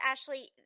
Ashley